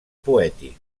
poètic